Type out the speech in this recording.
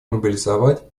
мобилизовать